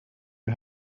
you